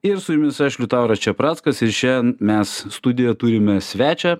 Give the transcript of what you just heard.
ir su jumis aš liutauras čeprackas ir šiandien mes studijoje turime svečią